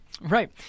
right